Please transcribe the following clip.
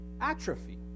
atrophy